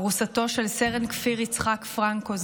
ארוסתו של סרן כפיר יצחק פרנקו,